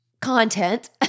content